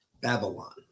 Babylon